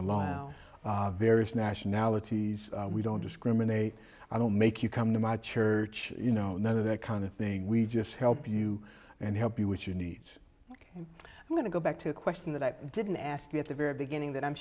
allow various nationalities we don't discriminate i don't make you come to my church you know none of that kind of thing we just help you and help you with your needs i want to go back to a question that i didn't ask you at the very beginning